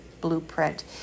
blueprint